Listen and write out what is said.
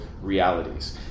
realities